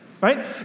right